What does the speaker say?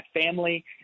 family